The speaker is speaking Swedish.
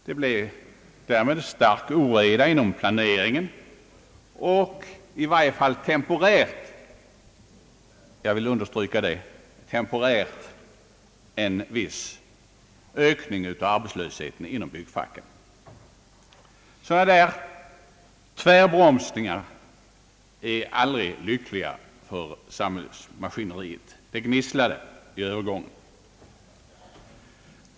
Det blev därmed stark oreda inom planeringen och i varje fall temporärt — det vill jag understryka — en viss ökning av arbetslösheten inom byggfacket. Sådana tvärbromsningar är aldrig lyckliga för samhällsmaskineriet — det gnisslade vid övergången.